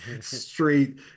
straight